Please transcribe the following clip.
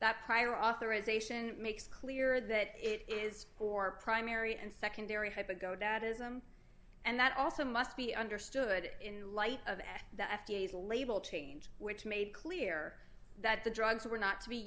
that prior authorization makes clear that it is for primary and secondary type a go dad ism and that also must be understood in light of the f t s label change which made clear that the drugs were not to be